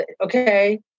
okay